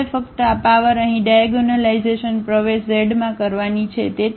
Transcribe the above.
આપણે ફક્ત આ પાવર અહીં ડાયાગોનલાઇઝેશન પ્રવેશઝ માં કરવાની છે